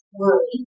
worry